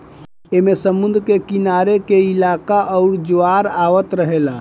ऐमे समुद्र के किनारे के इलाका आउर ज्वार आवत रहेला